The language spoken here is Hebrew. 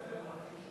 1 4 נתקבלו.